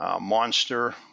Monster